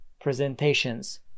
Presentations